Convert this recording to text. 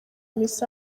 miss